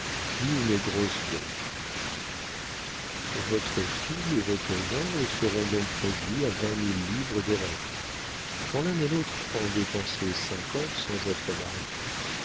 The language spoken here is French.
puis une grosse dot votre fille et votre gendre seront donc réduits à vingt mille livres de rentes quand l'un et l'autre en dépensaient cinquante sans être mariés